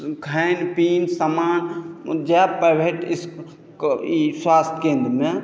खाइन पीन सामान जएह प्राइवेट इस् स्वास्थ्य केन्द्रमे